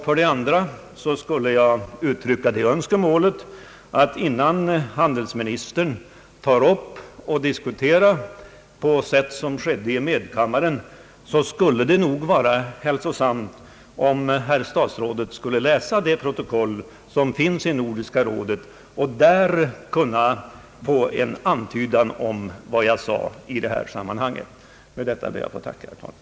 För det andra skulle jag vilja påpeka att det nog vore hälsosamt om handelsministern, innan han tar upp dessa frågor till diskussion på det sätt han gjorde i medkammaren, läste protokollet från Nordiska rådet. Av detta kan han kanske få en uppfattning om vad jag sade i det sammanhanget. Med detta ber jag att få sluta, herr talman.